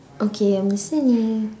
okay I'm listening